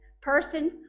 person